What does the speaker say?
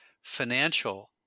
financial